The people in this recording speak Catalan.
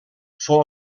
fou